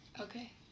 Okay